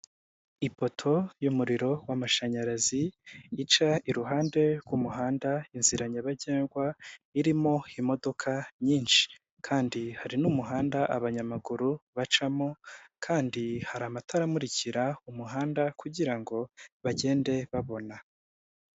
ipoto y'umuriro w' amashanyarazi ica iruhande rw'umuhanda rw'inzira nyabagendwa irimo imodoka nyinshi kandi hari n'umuhanda abanyamaguru bacamo kandi hari amatara amurikira umuhanda kugira ngo bagende babona.